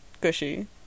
Gushy